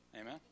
amen